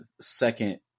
second